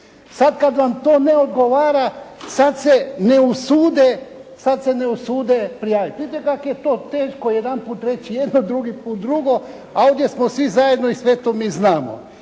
Sad kad vam to ne odgovara, sad se ne usude prijaviti. Vidite kako je to teško jedanput reći jedno, drugi put drugo, a ovdje smo svi zajedno i sve to mi znamo.